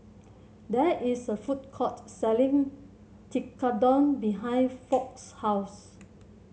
there is a food court selling Tekkadon behind Foch's house